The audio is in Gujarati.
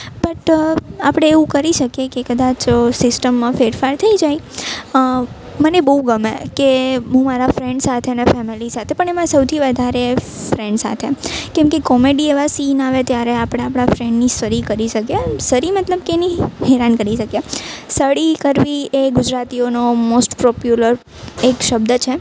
બટ આપણે એવું કરી શકીએ કે કદાચ સિસ્ટમમાં ફેરફાર થઈ જાય મને બહુ ગમે કે હું મારા ફ્રેન્ડ સાથે ને ફેમિલી સાથે પણ એમાં સૌથી વધારે ફ્રેન્ડ સાથે કેમકે કોમેડી એવા સીન આવે ત્યારે આપણે આપણા ફ્રેન્ડની સળી કરી શકીએ સળી મતલબ કે એની હેરાન કરી શકીએ સળી કરવી એ ગુજરાતીઓનો મોસ્ટ પોપ્યુલર એક શબ્દ છે